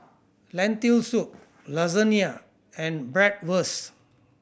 Lentil Soup Lasagne and Bratwurst